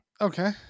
Okay